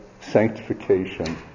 sanctification